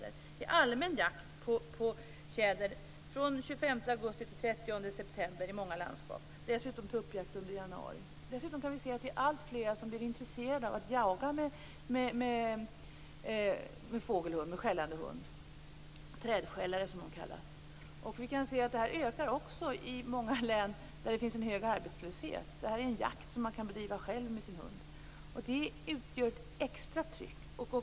Det är i många landskap allmän jakt på tjäder från den 25 augusti till den 30 september, och dessutom är det tuppjakt i januari. Dessutom blir alltfler intresserade av att jaga med fågelhund, med skällande hund, trädskällare som de kallas. Det här ökar också i många län med en hög arbetslöshet, eftersom det här är en jakt som man kan bedriva själv med sin hund. Detta utgör ett extra tryck.